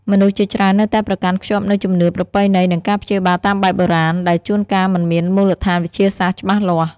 មនុស្សជាច្រើននៅតែប្រកាន់ខ្ជាប់នូវជំនឿប្រពៃណីនិងការព្យាបាលតាមបែបបុរាណ ដែលជួនកាលមិនមានមូលដ្ឋានវិទ្យាសាស្ត្រច្បាស់លាស់។